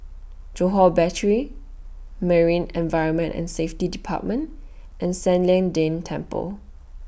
Johore Battery Marine Environment and Safety department and San Lian Deng Temple